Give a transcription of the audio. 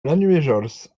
lanuéjouls